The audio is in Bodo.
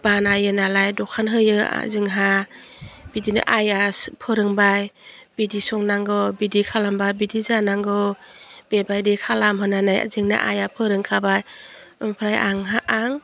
बानायो नालाय द'खान होयो जोंहा बिदिनो आइआसो फोरोंबाय बिदि संनांगौ बिदि खालामबा बिदि जानांगौ बेबायदि खालाम होन्नानै जोंना आइया फोरोंखाबा आमफ्राइ आंहा आं